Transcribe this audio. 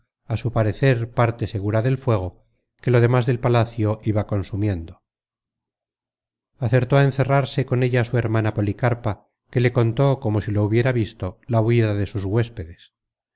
á su parecer parte segura del fuego que lo demas del palacio iba consumiendo acertó á encerrarse con ella su hermana policarpa que le contó como si lo hubiera visto la huida de sus huéspedes